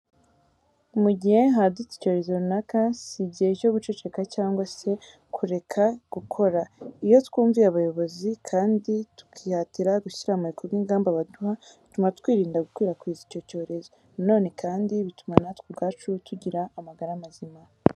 Mu gihe hadutse icyorezo runaka, si igihe cyo guceceka cyangwa se kureka gukora. Iyo twumviye abayobozi kandi tukihatira gushyira mu bikorwa ingamba baduha bituma twirinda gukwirakwiza icyo cyorezo. Na none kandi bituma natwe ubwacu tugira amagara mazima.